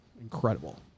incredible